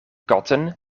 katten